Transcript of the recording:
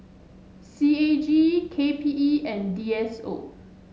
C A G K P E and D S O